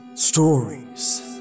Stories